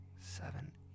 seven